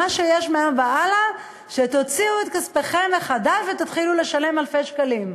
מה שיש מהיום והלאה הוא שתוציאו את כספכם מחדש ותתחילו לשלם אלפי שקלים.